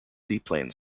seaplane